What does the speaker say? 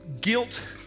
guilt